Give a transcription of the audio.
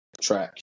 track